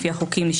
לפי החוקים,